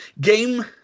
Game